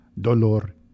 Dolor